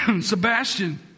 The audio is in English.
Sebastian